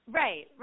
right